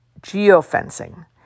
geofencing